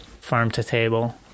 farm-to-table